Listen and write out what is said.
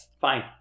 Fine